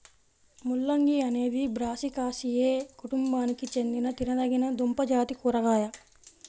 ముల్లంగి అనేది బ్రాసికాసియే కుటుంబానికి చెందిన తినదగిన దుంపజాతి కూరగాయ